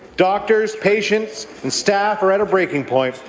doctors, patients, and staff are at a breaking point.